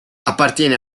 appartiene